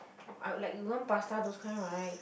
I'll like you want pasta those kind right